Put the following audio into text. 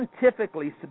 scientifically